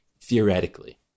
theoretically